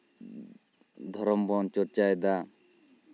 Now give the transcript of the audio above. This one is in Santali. ᱫᱷᱚᱨᱚᱢ ᱵᱚᱱ ᱪᱚᱨᱪᱟᱭᱮᱫᱟ